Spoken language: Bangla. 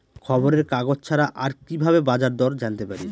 খবরের কাগজ ছাড়া আর কি ভাবে বাজার দর জানতে পারি?